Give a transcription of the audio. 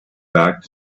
back